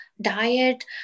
diet